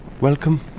Welcome